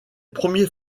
premiers